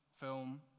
film